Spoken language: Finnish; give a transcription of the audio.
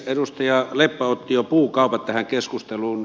edustaja leppä otti jo puukaupat tähän keskusteluun